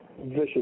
vicious